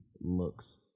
looks